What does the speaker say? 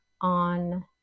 on